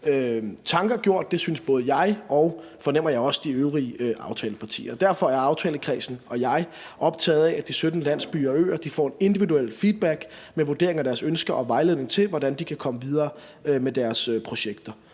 tanker. Det synes både jeg og, fornemmer jeg, også de øvrige aftalepartier. Derfor er aftalekredsen og jeg optaget af, at de 17 landsbyer og øer får en individuel feedback med vurdering af deres ønsker og vejledning til, hvordan de kan komme videre med deres projekter.